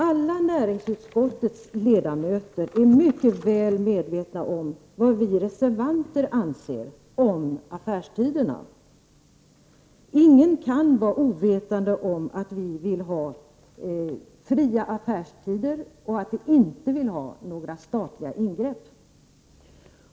Alla näringsutskottets ledamöter är mycket väl medvetna om vad vi reservanter anser om affärstiderna. Ingen kan vara ovetande om att vi vill ha fria affärstider och att vi inte vill ha några statliga ingrepp.